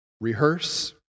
Rehearse